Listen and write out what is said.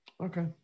Okay